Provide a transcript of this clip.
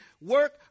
work